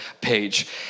page